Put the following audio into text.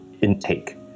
intake